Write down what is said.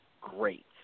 great